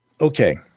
Okay